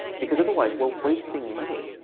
because otherwise, we're wasting money.